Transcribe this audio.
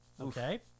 Okay